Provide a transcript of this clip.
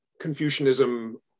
Confucianism